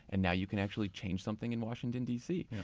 and now you can actually change something in washington dc.